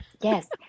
Yes